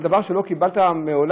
על דבר שלא קיבלת מעולם?